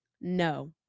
no